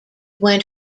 went